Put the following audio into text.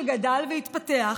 שגדל והתפתח,